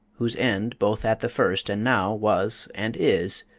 whose end, both at the first, and now, was, and is,